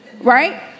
Right